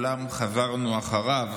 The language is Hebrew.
חזרנו אחריו.